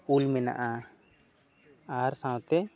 ᱩᱞ ᱢᱮᱱᱟᱜᱼᱟ ᱟᱨ ᱥᱟᱶᱛᱮ